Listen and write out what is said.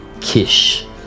Kish